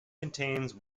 contains